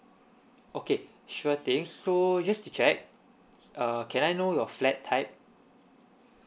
okay sure things so just to check uh can I know your flat type